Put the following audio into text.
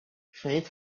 faint